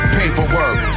paperwork